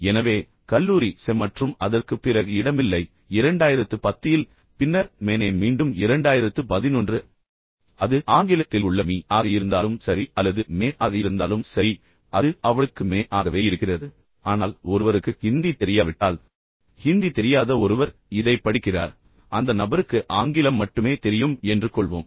எனவே கல்லூரி செ மற்றும் அதற்குப் பிறகு இடமில்லை 2010 இல் பின்னர் மேனே மீண்டும் 2011 அது ஆங்கிலத்தில் உள்ள மீ ஆக இருந்தாலும் சரி அல்லது மே ஆக இருந்தாலும் சரி அது அவளுக்கு மே ஆகவே இருக்கிறது ஆனால் ஒருவருக்கு ஹிந்தி தெரியாவிட்டால் ஹிந்தி தெரியாத ஒருவர் இதைப் படிக்கிறார் அந்த நபருக்கு ஆங்கிலம் மட்டுமே தெரியும் என்று வைத்துக்கொள்வோம்